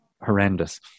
horrendous